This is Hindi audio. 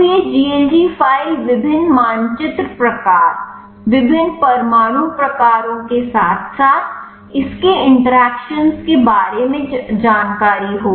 तो यह GLG फ़ाइल विभिन्न मानचित्र प्रकार विभिन्न परमाणु प्रकारों के साथ साथ इसके इंटरैक्शन के बारे में जानकारी होगी